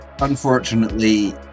Unfortunately